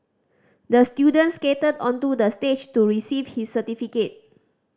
the student skated onto the stage to receive his certificate